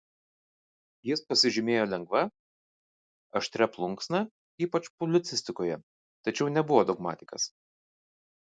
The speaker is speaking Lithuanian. jis pasižymėjo lengva aštria plunksna ypač publicistikoje tačiau nebuvo dogmatikas